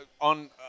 on